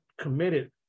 committed